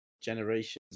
generations